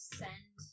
send